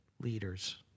leaders